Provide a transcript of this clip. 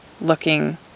looking